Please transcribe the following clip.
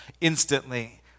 instantly